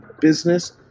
business